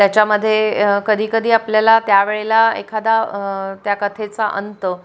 त्याच्यामध्ये कधीकधी आपल्याला त्या वेळेला एखादा त्या कथेचा अंत